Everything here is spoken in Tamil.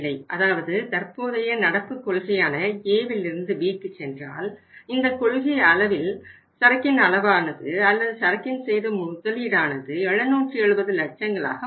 அதாவது தற்போதைய நடப்பு கொள்கையான A விலிருந்து Bக்கு சென்றால் இந்தக் கொள்கை அளவில் சரக்கின் அளவானது அல்லது சரக்கின் செய்த முதலீடானது 770 லட்சங்களாக மாறும்